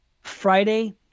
Friday